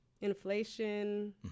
inflation